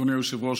אדוני היושב-ראש,